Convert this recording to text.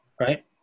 right